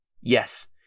Yes